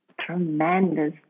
tremendous